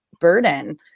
burden